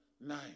nine